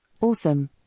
Awesome